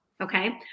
Okay